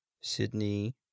Sydney